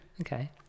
Okay